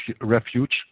refuge